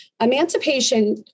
Emancipation